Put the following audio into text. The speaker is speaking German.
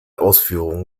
ausführungen